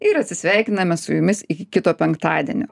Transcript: ir atsisveikiname su jumis iki kito penktadienio